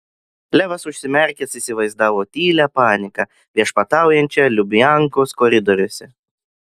levas užsimerkęs įsivaizdavo tylią paniką viešpataujančią lubiankos koridoriuose